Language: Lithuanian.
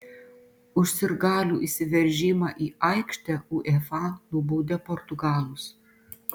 už sirgalių įsiveržimą į aikštę uefa nubaudė portugalus